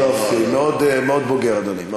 יופי, מאוד בוגר, אדוני.